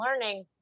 learning